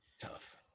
tough